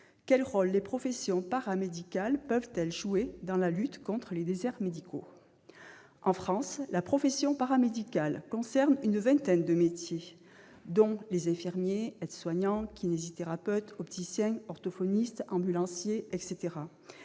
Quel rôle les professions paramédicales peuvent-elles jouer dans la lutte contre les déserts médicaux ?» En France, la profession paramédicale concerne une vingtaine de métiers, dont les infirmiers, aides-soignants, kinésithérapeutes, opticiens, orthophonistes, ambulanciers ...